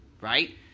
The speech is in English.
right